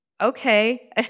Okay